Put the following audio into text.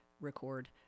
record